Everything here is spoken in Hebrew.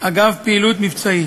אגב פעילות מבצעית.